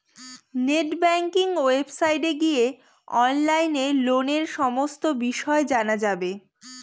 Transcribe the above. net banking ওয়েবসাইটে গিয়ে অনলাইনে লোনের সমস্ত বিষয় জানা যাবে